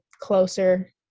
closer